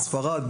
בספרד,